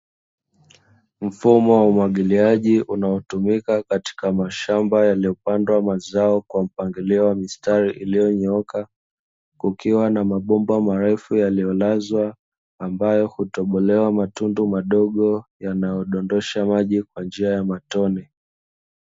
Mfumo wa umwagiliaji unaotumika katika mashamba yaliyopandwa mazao kwa mpangilio wa mistari iliyonyooka, kukiwa na mabomba marefu yaliyolazwa ambayo hutobolewa matundu madogo yanayodondosha maji kwa njia ya matone.